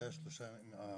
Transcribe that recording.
שלושה ימים?